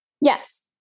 Yes